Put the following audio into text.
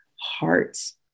hearts